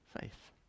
faith